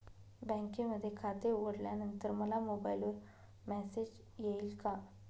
बँकेमध्ये खाते उघडल्यानंतर मला मोबाईलवर मेसेज येईल का?